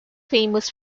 famous